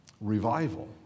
revival